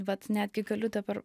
vat netgi galiu dabar